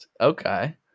Okay